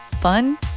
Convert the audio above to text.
fun